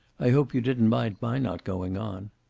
i hope you didn't mind my not going on.